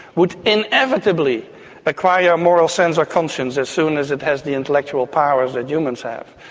would inevitably acquire a moral sense or conscience as soon as it has the intellectual powers that humans have.